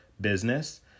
business